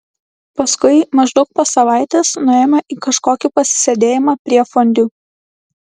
paskui maždaug po savaitės nuėjome į kažkokį pasisėdėjimą prie fondiu